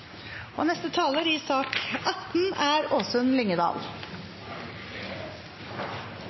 og neste sak – er